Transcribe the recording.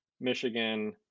Michigan